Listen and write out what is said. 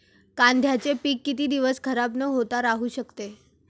कांद्याचे पीक किती दिवस खराब न होता राहू शकते?